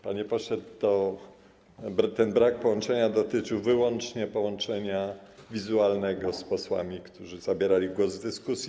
Panie pośle, ten brak połączenia dotyczył wyłącznie połączenia wizualnego z posłami, którzy zabierali głos w dyskusji.